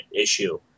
issue